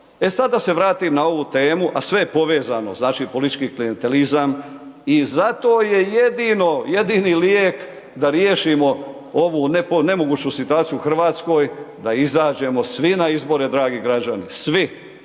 E sada da se vratim na ovu temu, a sve je povezano znači politički klijenteliazam i zato je jedino, jedini lijek, da riješimo ovu nemoguću situaciju u Hrvatskoj, da izađemo svi na izbore, dragi građani, svi.